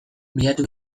bilatu